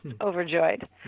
overjoyed